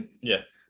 Yes